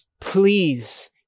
please